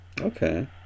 Okay